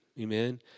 Amen